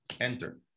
Enter